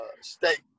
state